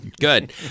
good